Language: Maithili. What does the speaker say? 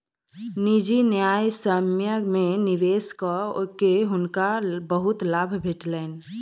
निजी न्यायसम्य में निवेश कअ के हुनका बहुत लाभ भेटलैन